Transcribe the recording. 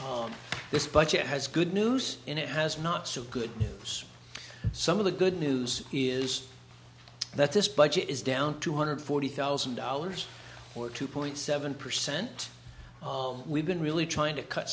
budget this budget has good news and it has not so good news some of the good news is that this budget is down two hundred forty thousand dollars or two point seven percent we've been really trying to cut